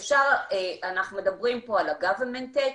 אנחנו מדברים פה על ה-government take,